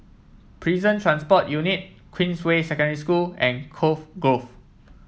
Prison Transport Unit Queensway Secondary School and Cove Grove